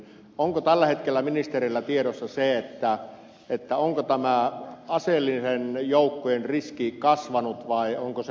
onko tällä hetkellä ministereillä tiedossa se onko tämä aseellisten joukkojen riski kasvanut vai onko se heikkenemässä